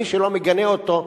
מי שלא מגנה אותו,